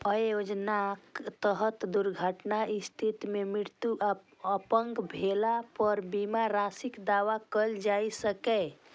अय योजनाक तहत दुर्घटनाक स्थिति मे मृत्यु आ अपंग भेला पर बीमा राशिक दावा कैल जा सकैए